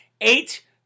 Eight